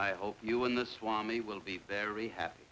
i hope you win the swami will be very happy